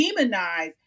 demonize